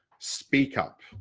speak up.